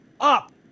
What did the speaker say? up